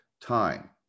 time